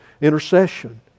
intercession